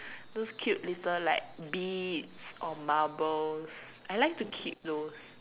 those cute little like beads or marbles I like to keep those